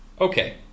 Okay